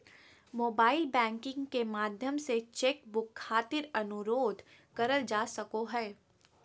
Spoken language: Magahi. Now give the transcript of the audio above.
मोबाइल बैंकिंग के माध्यम से चेक बुक खातिर अनुरोध करल जा सको हय